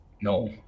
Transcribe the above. No